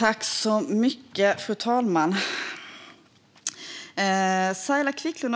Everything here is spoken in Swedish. Fru talman!